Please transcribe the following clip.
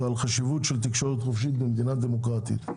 ועל חשיבות של תקשורת חופשית במדינה דמוקרטית.